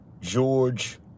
George